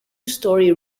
storey